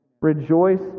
Rejoice